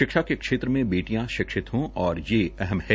शिक्षा के क्षेत्र में बेटियां शिक्षित हों यह भी अहम है